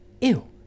ew